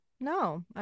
No